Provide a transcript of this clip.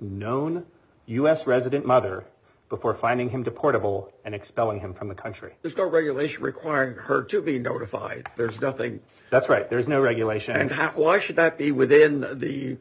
known u s resident mother before finding him deportable and expelling him from the country there's no regulation requiring her to be notified there's nothing that's right there's no regulation and why should that be within the